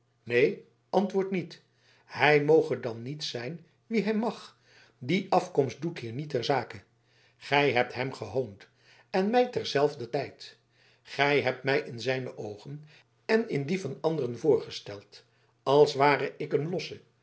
neen antwoord niet hij moge dan zijn wie hij mag die afkomst doet hier niets ter zake gij hebt hem gehoond en mij ter zelfder tijd gij hebt mij in zijne oogen en in die van anderen voorgesteld als ware